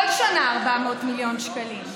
כל שנה 400 מיליון שקלים.